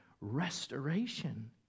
restoration